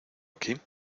aquí